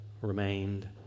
remained